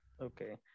Okay